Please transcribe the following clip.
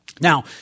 Now